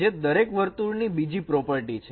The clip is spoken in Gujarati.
જે દરેક વર્તુળ ની બીજી પ્રોપર્ટી છે